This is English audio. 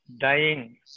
dying